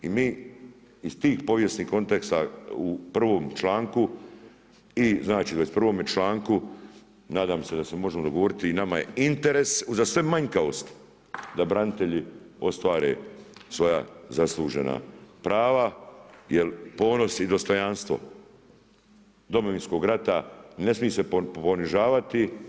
I mi iz tih povijesnih konteksta u prvome članku i znači 21 čl. nadam se da se možemo dogovoriti i nama je interes za sve manjkavosti, da branitelji ostvare svoja zaslužena prava, jer ponos i dostojanstvo Domovinskog rata, ne smije se ponižavati.